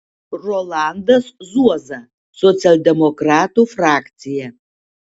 rolandas zuoza socialdemokratų frakcija